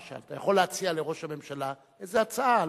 למשל אתה יכול להציע לראש הממשלה איזו הצעה,